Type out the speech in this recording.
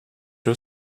two